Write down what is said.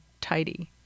tidy